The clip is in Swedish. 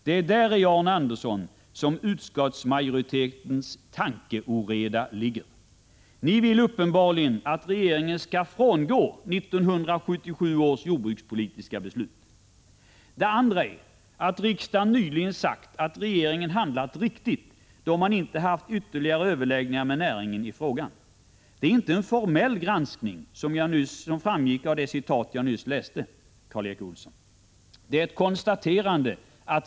Det är däri, John Andersson, som utskottsmajoritetens tankeoreda ligger! Ni vill uppenbarligen att regeringen skall frångå 1977 års jordbrukspolitiska beslut. Vidare har riksdagen nyligen sagt att regeringen handlat riktigt, då man inte har haft ytterligare överläggningar med näringen i frågan. Det är inte fråga om en formell granskning — det framgick av vad jag nyss citerade, Karl Erik Olsson! — utan det är fråga om ett konstaterande.